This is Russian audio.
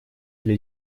для